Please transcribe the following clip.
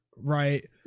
right